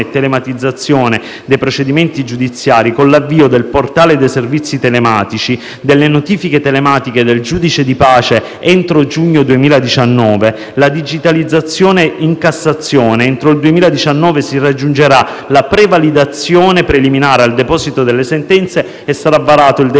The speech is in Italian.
e telematizzazione dei procedimenti giudiziari, con l'avvio del Portale dei servizi telematici, delle notifiche telematiche del giudice di pace entro giugno 2019 e della digitalizzazione in Cassazione. Entro il 2019 si raggiungerà la prevalidazione preliminare al deposito delle sentenze e sarà varato il *desk*